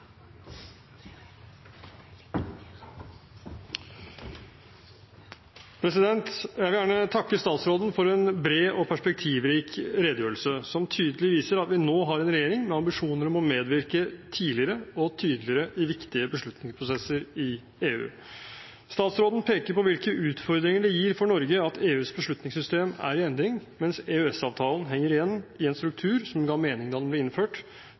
Jeg vil gjerne takke statsråden for en bred og perspektivrik redegjørelse som tydelig viser at vi nå har en regjering med ambisjoner om å medvirke tidligere og tydeligere i viktige beslutningsprosesser i EU. Statsråden peker på hvilke utfordringer det gir for Norge at EUs beslutningssystem er i endring, mens EØS-avtalen henger igjen i en struktur som ga mening da den ble innført,